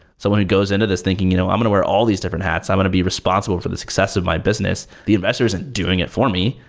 so when it goes into this thinking, you know i'm going to wear all these different hats. i'm going to be responsible for the success of my business. the investors ain't doing it for me.